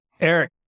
Eric